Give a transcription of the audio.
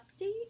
update